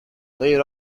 laid